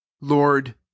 Lord